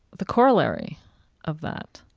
the corollary of that,